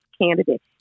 candidate